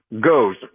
goes